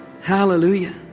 hallelujah